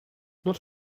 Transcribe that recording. not